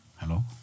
hello